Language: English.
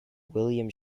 william